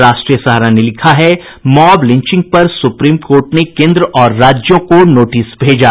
राष्ट्रीय सहारा ने लिखा है मॉब लिंचिंग पर सुप्रीम कोर्ट ने केंद्र और राज्यों को नोटिस भेजा